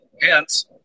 Hence